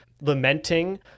lamenting